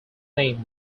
name